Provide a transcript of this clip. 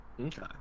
Okay